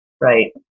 right